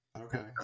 Okay